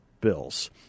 bills